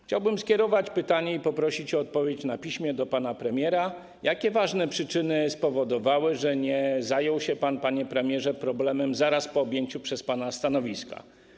Chciałbym skierować pytanie, i poprosić o odpowiedź na piśmie, do pana premiera: Jakie ważne przyczyny spowodowały, że nie zajął się pan, panie premierze, problemem zaraz po objęciu przez pana stanowiska?